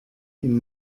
ihn